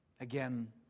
again